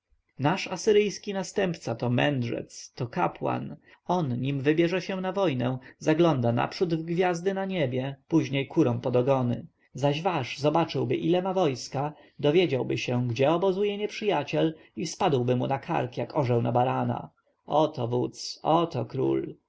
nasz asyryjski następca to mędrzec to kapłan on nim wybierze się na wojnę zagląda naprzód w gwiazdy na niebie później kurom pod ogony zaś wasz zobaczyłby ile ma wojska dowiedziałby się gdzie obozuje nieprzyjaciel i spadłby mu na kark jak orzeł na barana oto wódz oto